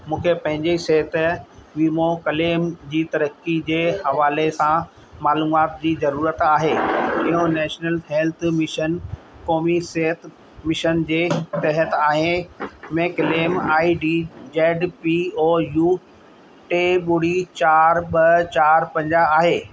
मूंखे पंहिंजे सिहत वीमो क्लेम जी तरक़ी जे हवाले सां मालूमाति जी ज़रूरत आहे इहो नैशनल हैल्थ मिशन क़ौमी सिहत मिशन जे तहति आहे में claim I D Z P O U टे ॿुड़ी चारि ॿ चारि पंज आहे